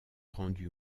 rendu